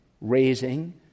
raising